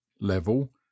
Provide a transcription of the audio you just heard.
level